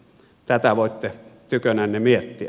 tätä voitte tykönänne miettiä